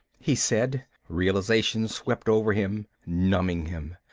he said. realization swept over him, numbing him.